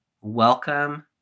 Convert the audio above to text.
welcome